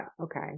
okay